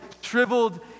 shriveled